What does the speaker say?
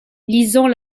lisant